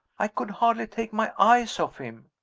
i could hardly take my eyes off him.